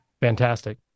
fantastic